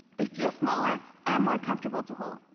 they feel smaller and more comfortable to hold.